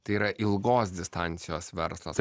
tai yra ilgos distancijos verslas